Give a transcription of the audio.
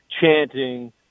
chanting